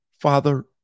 Father